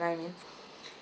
you know what I mean